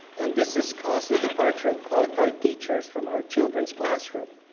and this has cost the departure of qualified teachers from our children's classroom.